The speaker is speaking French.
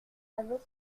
avait